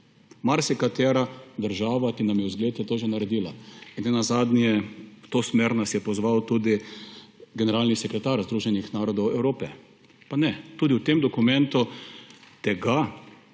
Marsikatera država, ki nam je vzgled, je to že naredila. In nenazadnje nas je v to smer pozval tudi generalni sekretar Združenih narodov. Pa ne! Tudi v tem dokumentu tega,